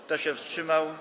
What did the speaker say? Kto się wstrzymał?